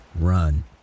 Run